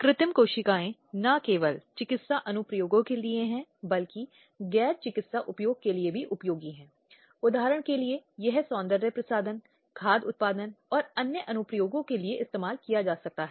जो कहीं न कहीं एक महिला की विनम्रता को प्रभावित करता है और अगर यह अधिक गंभीर होता है तो यह इसे बदल सकता है